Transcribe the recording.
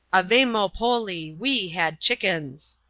avemmo polli, we had chickens!